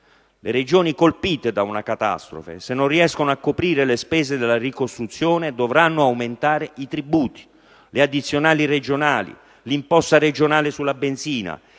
Le Regioni colpite da una catastrofe, se non riescono a coprire le spese della ricostruzione, dovranno aumentare i tributi, le addizionali regionali, l'imposta regionale sulla benzina,